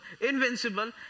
Invincible